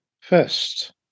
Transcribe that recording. first